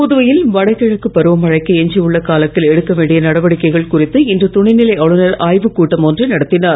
புதுவையில் வடகிழக்கு பருவ மழைக்கு எஞ்சியுள்ள காலத்தில் எடுக்க வேண்டிய நடவடிக்கைள் குறித்து இன்று துணைநிலை ஆளுநர் ஆய்வு கூட்டம் ஒன்றை நடத்தினார்